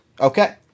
Okay